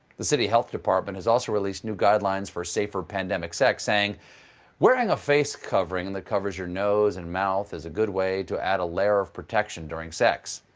the city health department has also released new guidelines for safer pandemic sex, saying wearing a face covering that covers your nose and mouth is a good way to add a layer of protection during sex.